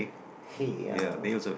hay ya